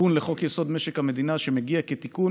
בתיקון לחוק-יסוד: משק המדינה, שמגיע כתיקון